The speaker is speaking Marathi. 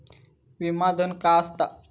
विमा धन काय असता?